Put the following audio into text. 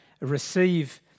receive